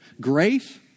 Grace